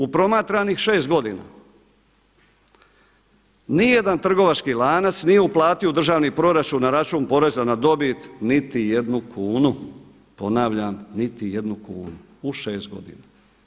U promatranih 6 godina ni jedan trgovački lanac nije uplatio u državni proračun na račun poreza na dobit niti jednu kunu, ponavljam niti jednu kunu u šest godina.